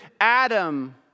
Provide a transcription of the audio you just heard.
Adam